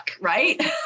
right